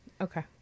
Okay